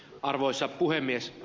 arvoisa puhemies